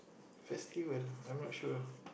festival I'm not sure